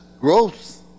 growth